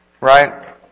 Right